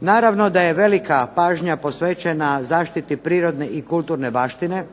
Naravno da je velika pažnja posvećena zaštiti prirodne i kulturne baštine